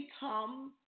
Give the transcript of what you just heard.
become